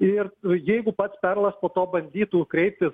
ir jeigu pats perlas po to bandytų kreiptis